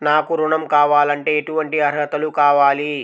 నాకు ఋణం కావాలంటే ఏటువంటి అర్హతలు కావాలి?